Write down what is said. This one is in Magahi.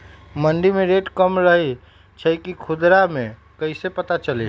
मंडी मे रेट कम रही छई कि खुदरा मे कैसे पता चली?